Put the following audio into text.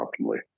optimally